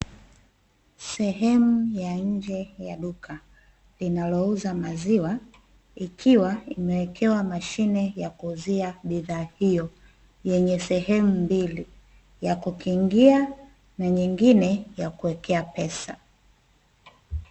Sehemu ya nje ya duka linalouza maziwa ikiwa imewekewa mashine ya kuuzia bidhaa hiyo yenye sehemu mbili ya kukiingia na nyingine ya kuwekea pesa .